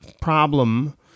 problem